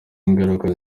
ngaruka